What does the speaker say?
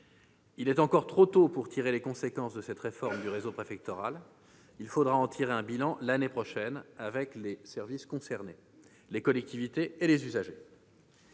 Il est encore trop tôt pour tirer les conséquences de cette réforme du réseau préfectoral ; il faudra en dresser un bilan l'année prochaine avec les services concernés, les collectivités et les usagers.